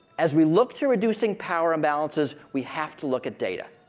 as we look to reducing power imbalances, we have to look at data.